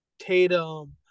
Tatum